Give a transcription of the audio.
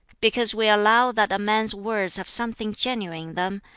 because we allow that a man's words have something genuine in them,